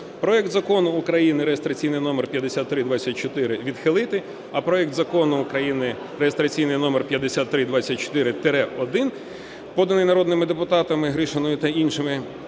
проект Закону України (реєстраційний номер 5324) відхилити, а проект Закону України (реєстраційний номер 5324-1), поданий народними депутатами Гришиною та іншими,